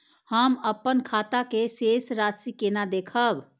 हम अपन खाता के शेष राशि केना देखब?